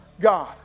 God